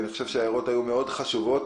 אני חושב שההערות היו מאוד חשובות,